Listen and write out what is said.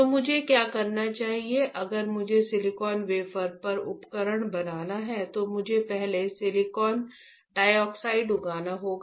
तो मुझे क्या करना चाहिए अगर मुझे सिलिकॉन वेफर पर उपकरण बनाना है तो मुझे पहले सिलिकॉन डाइऑक्साइड उगाना होगा